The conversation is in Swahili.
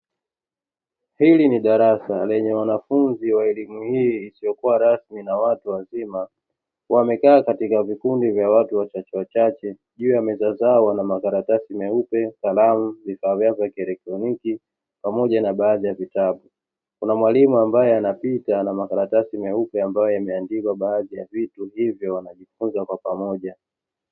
Hili ni darasa lenye wanafunzi wa elimu hii isiyokuwa rasmi na watu wazima, wamekaa katika vikundi vya watu wachachewachache juu ya meza zao wana makaratasi meupe, kalamu, vifaa vyao vya kielektroniki pamoja na baadhi ya vitabu. Kuna mwalimu ambaye anapita na makaratsi meupe ambayo yameandikwa baadhi ya vitu hivyo wanajifunza kwa pamoja.